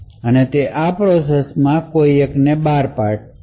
અને તે આ પ્રોસેસમાં કોઈ એકને બહાર કાઢશે